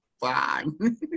fine